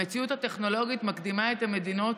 המציאות הטכנולוגית מקדימה את המדינות